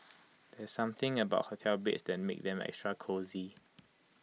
there's something about hotel beds that makes them extra cosy